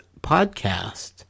podcast